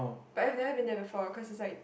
but I have never been there before cause is like